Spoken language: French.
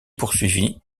poursuivi